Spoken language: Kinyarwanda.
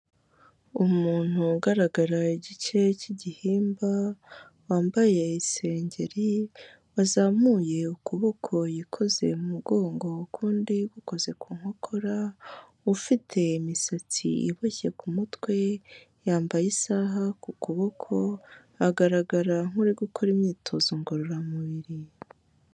Umuntu ugaragara igice cy'igihimba, wambaye isengeri, wazamuye ukuboko yikoze mu mugongo, ukundi gukoze ku nkokora, ufite imisatsi iboshye ku mutwe, yambaye isaha ku kuboko, agaragara nk'uri gukora imyitozo ngororamubiri.